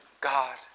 God